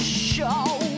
show